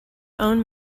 own